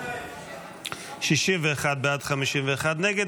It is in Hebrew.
61 בעד, 51 נגד.